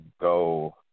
go